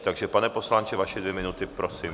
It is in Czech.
Takže pane poslanče, vaše dvě minuty, prosím.